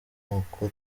amoko